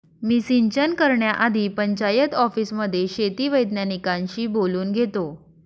मी सिंचन करण्याआधी पंचायत ऑफिसमध्ये शेती वैज्ञानिकांशी बोलून घेतो